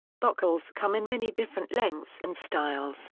bocals come in many different lengths and styles,